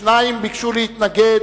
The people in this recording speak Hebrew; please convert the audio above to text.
שניים ביקשו להתנגד,